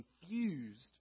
confused